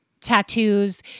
tattoos